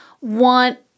want